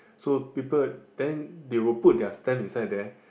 so people then they will put their stamps inside there